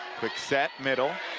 quick set, middle.